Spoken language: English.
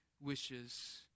wishes